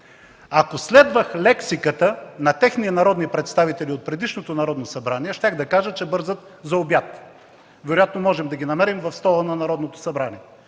Ако следвах лексиката на техни народни представители от предишното Народно събрание, щях да кажа, че бързат за обяд. Вероятно можем да ги намерим в стола на Народното събрание,